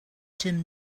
tim